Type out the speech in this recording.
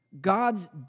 God's